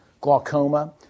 glaucoma